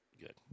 Good